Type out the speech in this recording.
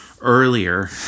earlier